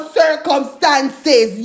circumstances